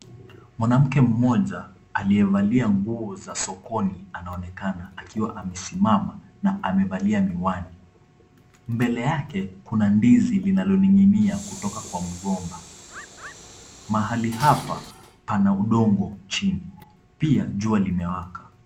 Mwanamke mmoja, aliyevalia nguo za sokoni, anaonekana akiwa amesimama na amevalia miwani. Mbele yake kuna ndizi linaloning'inia kutoka kwa mgomba. Mahali hapa, pana udongo chini, pia jua limewaka.